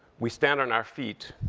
we stand on our feet,